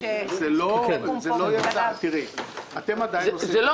זה לא מה שתוכנן.